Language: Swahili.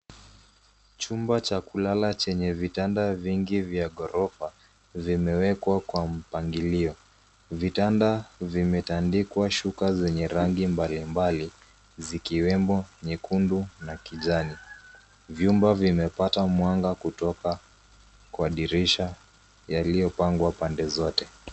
Chumba cha kulala chenye vitanda vingi vya ghorofa vimewekwa kwa mpangilio ,vitanda vimetandikwa shuka zenye rangi mbalimbali zikiwemo nyekundu na kijani, vyumba vimepata mwanga kutoka kwa dirisha yaliyopangwa pande zote.